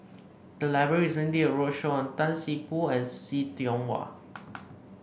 the library recently did a roadshow on Tan See Boo and See Tiong Wah